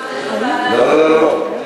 לא לא לא,